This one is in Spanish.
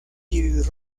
iris